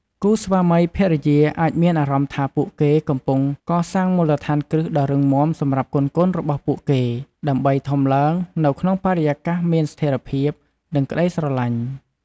គូស្វាមីភរិយាអាចមានអារម្មណ៍ថាពួកគេកំពុងកសាងមូលដ្ឋានគ្រឹះដ៏រឹងមាំសម្រាប់កូនៗរបស់ពួកគេ ដើម្បីធំឡើងនៅក្នុងបរិយាកាសមានស្ថេរភាព និងក្តីស្រឡាញ់។